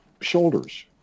shoulders